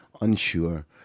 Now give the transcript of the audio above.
unsure